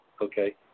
okay